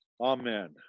Amen